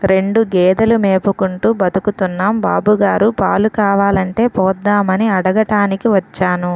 రెండు గేదెలు మేపుకుంటూ బతుకుతున్నాం బాబుగారు, పాలు కావాలంటే పోద్దామని అడగటానికి వచ్చాను